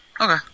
Okay